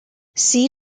sea